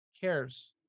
cares